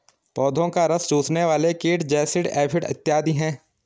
पौधों का रस चूसने वाले कीट जैसिड, एफिड इत्यादि हैं